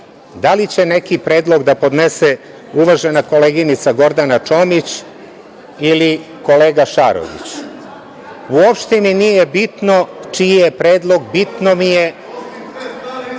da li će neki predlog da podnese uvažena koleginica Gordana Čomić ili kolega Šarović. Uopšte mi nije bitno čiji je predlog, bitno mi je